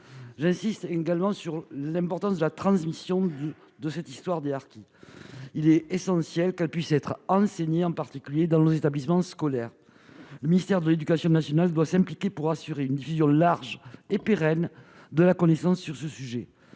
J'insiste également sur l'importance de la transmission de cette histoire des harkis. Il est essentiel qu'elle puisse être enseignée, en particulier dans les établissements scolaires. Le ministère de l'éducation nationale doit s'impliquer pour assurer une diffusion large et pérenne de la connaissance sur ce sujet.